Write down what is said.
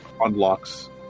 unlocks